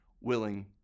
willing